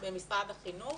במשרד החינוך.